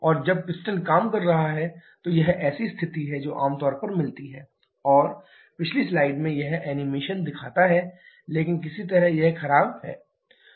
और जब पिस्टन काम कर रहा है तो यह ऐसी स्थिति है जो आम तौर पर मिलती है वीडियो प्रारंभ 0645 और पिछली स्लाइड में यह एनीमेशन दिखाता है लेकिन किसी तरह यह खराब है